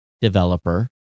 developer